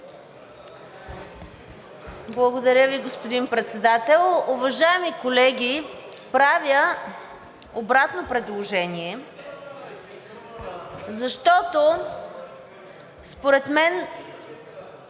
Благодаря Ви, господин Председател.